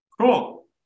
Cool